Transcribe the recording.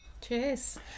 Cheers